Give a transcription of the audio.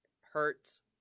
Hurts